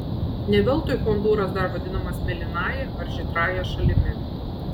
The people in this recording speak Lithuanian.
ne veltui hondūras dar vadinamas mėlynąja ar žydrąja šalimi